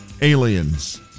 aliens